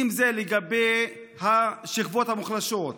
אם זה לגבי השכבות המוחלשות,